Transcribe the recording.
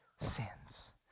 sins